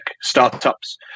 startups